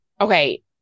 Okay